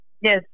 Yes